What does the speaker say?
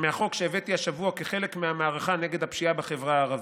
מהחוק שהבאתי השבוע כחלק מהמערכה נגד הפשיעה בחברה הערבית.